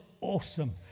awesome